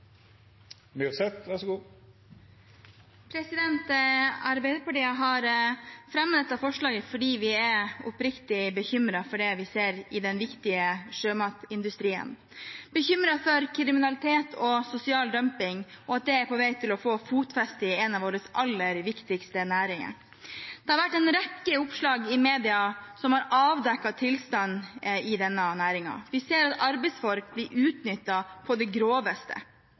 oppriktig bekymret for det vi ser i den viktige sjømatindustrien. Vi er bekymret for at kriminalitet og sosial dumping er på vei til å få fotfeste i en av våre aller viktigste næringer. Det har vært en rekke oppslag i media som har avdekket tilstanden i denne næringen. Vi ser at arbeidsfolk blir utnyttet på det groveste